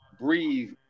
breathe